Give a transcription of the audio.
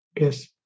yes